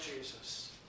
Jesus